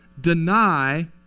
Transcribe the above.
deny